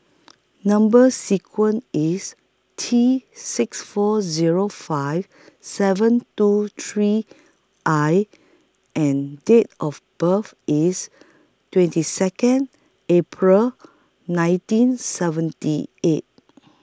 Number sequence IS T six four Zero five seven two three I and Date of birth IS twenty Second April nineteen seventy eight